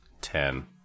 Ten